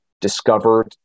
discovered